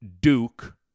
Duke